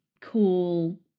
cool